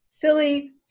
silly